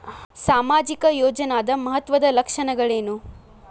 ಸಾಮಾಜಿಕ ಯೋಜನಾದ ಮಹತ್ವದ್ದ ಲಕ್ಷಣಗಳೇನು?